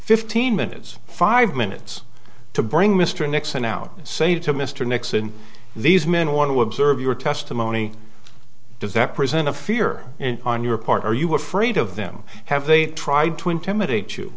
fifteen minutes five minutes to bring mr nixon out say to mr nixon these men want to observe your testimony does that present a fear on your part or are you afraid of them have they tried to intimidate you